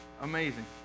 amazing